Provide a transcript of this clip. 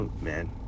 Man